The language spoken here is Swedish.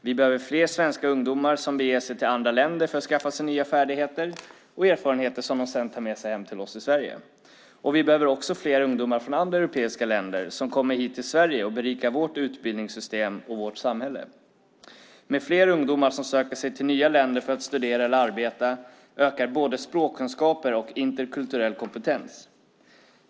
Vi behöver fler svenska ungdomar som beger sig till andra länder för att skaffa sig nya färdigheter och erfarenheter som de sedan tar med sig hem till oss i Sverige. Vi behöver också fler ungdomar från andra europeiska länder som kommer hit till Sverige och berikar vårt utbildningssystem och vårt samhälle. Med fler ungdomar som söker sig till nya länder för att studera eller arbeta ökar både språkkunskaper och interkulturell kompetens.